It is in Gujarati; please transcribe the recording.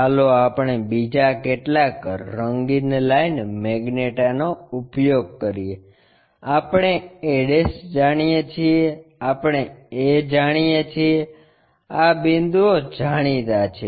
ચાલો આપણે બીજા કેટલાક રંગીન લાઈન મેગનેટા નો ઉપયોગ કરીએ આપણે a જાણીએ છીએ આપણે a જાણીએ છીએ આ બિંદુઓ જાણીતા છે